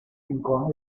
rincones